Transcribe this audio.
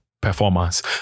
performance